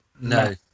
No